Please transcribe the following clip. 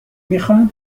میخواهند